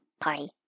party